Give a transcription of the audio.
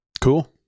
Cool